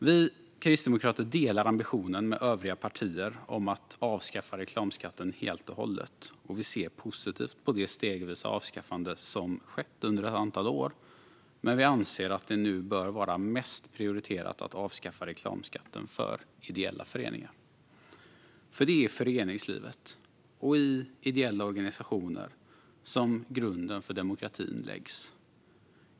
Vi kristdemokrater delar ambitionen med övriga partier att avskaffa reklamskatten helt och hållet. Vi ser positivt på det stegvisa avskaffande som skett under ett antal år, men vi anser att det nu bör vara mest prioriterat att avskaffa reklamskatten för ideella föreningar. Det är i föreningslivet och i ideella organisationer som grunden för demokratin läggs.